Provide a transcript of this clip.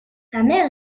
mère